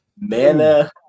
Mana